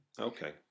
Okay